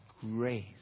grace